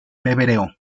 pbro